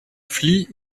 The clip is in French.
flies